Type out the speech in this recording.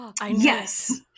Yes